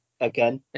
Again